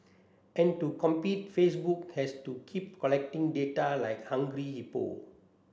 and to compete Facebook has to keep collecting data like hungry hippo